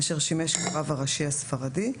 אשר שימש כרב הראשי הספרדי,